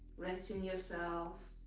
bresting yourself,